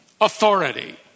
authority